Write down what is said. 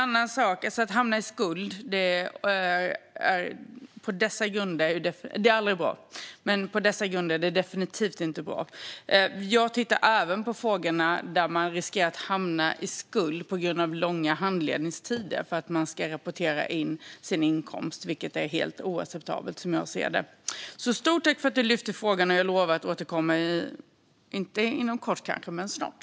Det är aldrig bra att hamna i skuld, men det är definitivt inte bra att göra det på dessa grunder. Jag tittar även på frågorna där man riskerar att hamna i skuld på grund av långa handläggningstider för att man ska rapportera in sin inkomst. Det är, som jag ser det, helt oacceptabelt. Stort tack för frågan, och jag lovar att återkomma, kanske inte inom kort men snart.